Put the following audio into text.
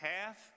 half